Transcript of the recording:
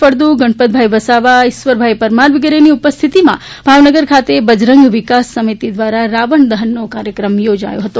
ફળદુ ગણપત વસાવા ઇશ્વરભાઈ પરમાર વગેરેની ઉપસ્થિતિમાં ભાવનગર ખાતે બજરંગ વિકાસ સમિતિ દ્વારા રાવણ દહન કાર્યક્રમ યોજાયો હતો